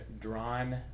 drawn